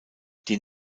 die